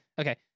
Okay